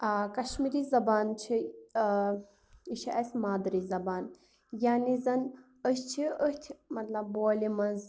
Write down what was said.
ٲں کشمیٖری زبان چھِ ٲں یہِ چھِ اسہِ مادری زبان یعنی زن أسۍ چھِ أتھۍ مطلب بولہِ مَنٛز